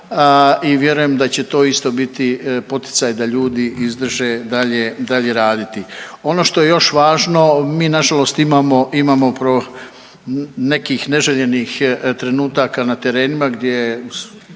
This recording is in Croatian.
i vjerujem da će to isto biti poticaj da ljudi izdrže dalje raditi. Ono što je još važno, mi nažalost imamo nekih neželjenih trenutaka na terenima gdje